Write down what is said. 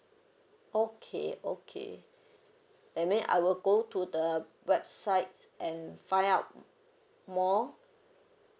okay okay that mean I will go to the website and find out more